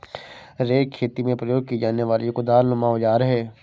rake खेती में प्रयोग की जाने वाली कुदालनुमा औजार है